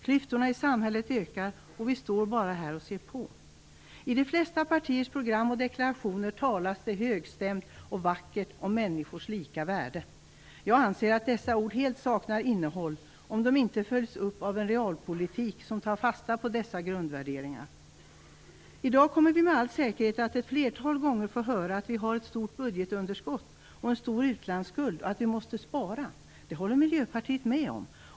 Klyftorna i samhället ökar, och vi står bara här och ser på. I de flesta partiers program och deklarationer talas det högstämt och vackert om människors lika värde. Jag anser att dessa ord helt saknar innehåll om de inte följs upp av en realpolitik som tar fasta på dessa grundvärderingar. I dag kommer vi med all säkerhet att ett flertal gånger få höra att vi har ett stort budgetunderskott och en stor utlandsskuld och att vi måste spara. Det håller Miljöpartiet med om.